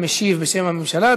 המשיב בשם הממשלה,